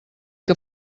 que